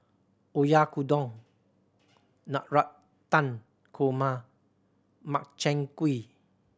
Oyakodon Navratan Korma Makchang Gui